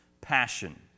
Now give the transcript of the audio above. Passion